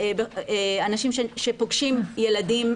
אנשים שפוגשים ילדים,